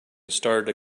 started